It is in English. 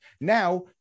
Now